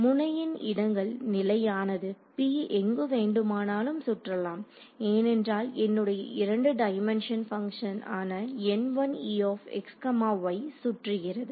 முனையின் இடங்கள் நிலையானது P எங்கு வேண்டுமானாலும் சுற்றலாம் ஏனென்றால் என்னுடைய இரண்டு டைமென்ஷன் பங்க்ஷன் ஆன சுற்றுகிறது